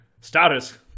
Status